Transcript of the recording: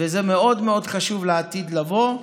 זה מאוד מאוד חשוב לעתיד לבוא.